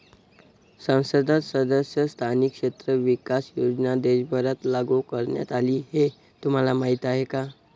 संसद सदस्य स्थानिक क्षेत्र विकास योजना देशभरात लागू करण्यात आली हे तुम्हाला माहीत आहे का?